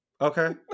Okay